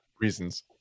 Reasons